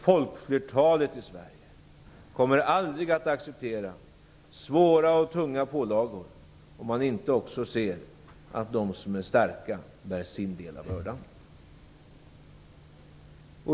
Folkflertalet i Sverige kommer aldrig att acceptera svåra och tunga pålagor om man inte också ser att de som är starka bär sin del av bördan.